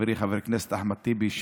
חברי חבר הכנסת אחמד טיבי,